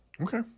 Okay